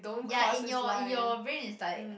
ya and your and your brain is like